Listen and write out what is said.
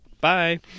Bye